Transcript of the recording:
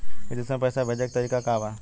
विदेश में पैसा भेजे के तरीका का बा?